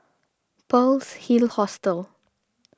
Pearl's Hill Hostel